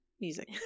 music